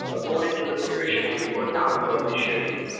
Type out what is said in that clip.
according to the proficiency or talent that they show